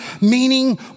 meaning